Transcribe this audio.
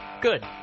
Good